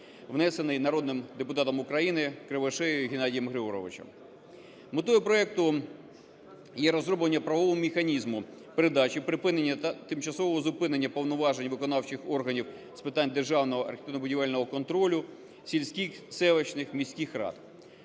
внесений народним депутатом України Кривошеєю Геннадієм Григоровичем. Метою проекту є розроблення правового механізму передачі, припинення та тимчасового зупинення повноважень виконавчих органів з питань державного архітектурно-будівельного контролю сільських, селищних, міських рад.